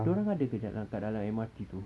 dia orang ada ke yang kat dalam M_R_T tu